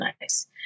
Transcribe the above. nice